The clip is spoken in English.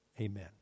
Amen